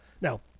now